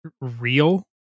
real